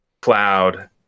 Cloud